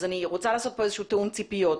אני רוצה לעשות כאן איזשהו תיאום ציפיות.